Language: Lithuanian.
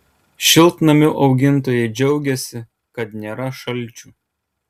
šiltnamių augintojai džiaugiasi kad nėra šalčių